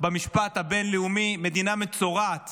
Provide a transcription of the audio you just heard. במשפט הבין-לאומי, מדינה מצורעת